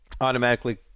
automatically